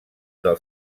del